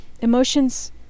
Emotions